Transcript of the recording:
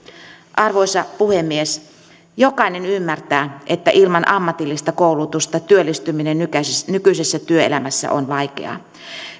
arvoisa puhemies jokainen ymmärtää että ilman ammatillista koulutusta työllistyminen nykyisessä nykyisessä työelämässä on vaikeaa